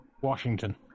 Washington